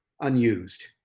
unused